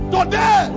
Today